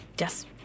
Yes